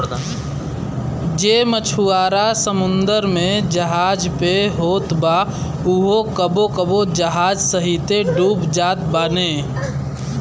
जे मछुआरा समुंदर में जहाज पे होत बा उहो कबो कबो जहाज सहिते डूब जात बाने